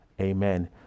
amen